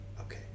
Okay